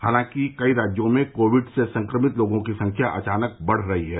हालांकि कई राज्यों में कोविड से संक्रमित लोगों की संख्या अचानक बढ रही है